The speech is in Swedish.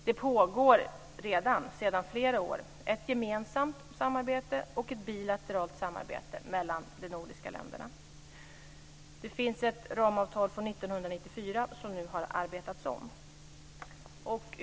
Det pågår redan, sedan flera år, ett gemensamt samarbete och ett bilateralt samarbete mellan de nordiska länderna. Det finns ett ramavtal från 1994 som nu har arbetats om.